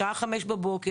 בשעה חמש בבוקר,